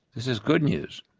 this is good news,